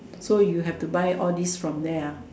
so you have to buy all this from there ah